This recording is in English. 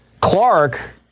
Clark